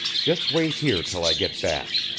just wait here till i get back.